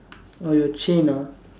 oh your chain ah